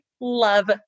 love